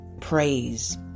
praise